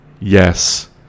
Yes